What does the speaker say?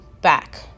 back